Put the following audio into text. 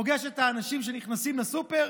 פוגשת את האנשים שנכנסים לסופר.